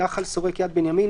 נחל שורק יד בנימין,